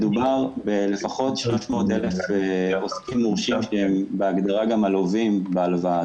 מדובר בלפחות 300,000 עוסקים מורשים שהם בהגדרה גם הלווים בהלוואה.